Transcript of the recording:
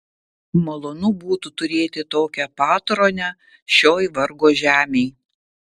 malonu būtų turėti tokią patronę šioj vargo žemėj